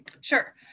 Sure